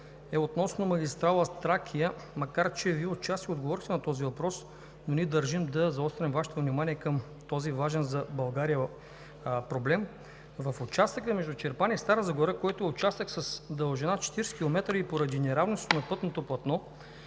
е относно магистрала „Тракия“. Макар че Вие отчасти отговорихте на въпроса, ние държим да заострим Вашето внимание към този важен за България проблем. В участъка между Чирпан и Стара Загора, който е с дължина 40 км, и поради неравностите на пътното платно